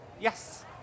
Yes